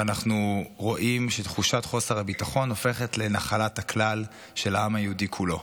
ואנחנו רואים שתחושת חוסר הביטחון הופכת לנחלת הכלל של העם היהודי כולו.